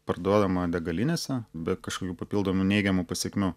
parduodama degalinėse be kažkokių papildomų neigiamų pasekmių